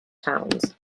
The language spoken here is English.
towns